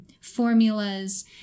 formulas